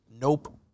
Nope